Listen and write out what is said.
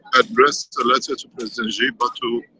address the letter to president xi but to